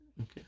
Okay